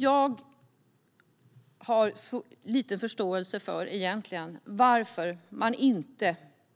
Jag har egentligen väldigt lite förståelse för att